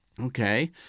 okay